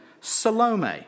Salome